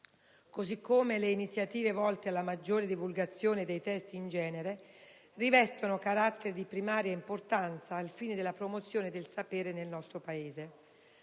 così come le iniziative volte alla maggiore divulgazione dei testi in genere, rivestono carattere di primaria importanza al fine della promozione del sapere nel nostro Paese.